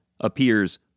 appears